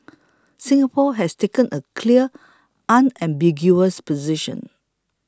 Singapore has taken a clear unambiguous position